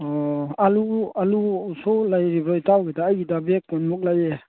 ꯑꯣ ꯑꯥꯂꯨ ꯑꯥꯂꯨꯁꯨ ꯂꯩꯔꯤꯕꯣ ꯏꯇꯥꯎꯒꯤꯗ ꯑꯩꯒꯤꯗ ꯕꯦꯒ ꯀꯨꯟꯃꯨꯛ ꯂꯩꯌꯦ